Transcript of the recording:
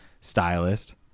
stylist